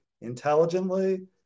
intelligently